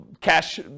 cash